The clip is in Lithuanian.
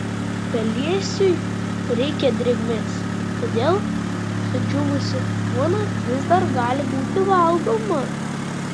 pelėsiui reikia drėgmės todėl sudžiūvusi duona vis dar gali būti valgoma